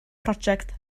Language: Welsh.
project